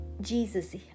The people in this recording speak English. Jesus